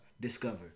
discover